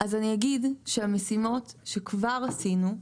המשימות שכבר עשינו,